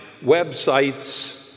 websites